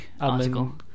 article